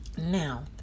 Now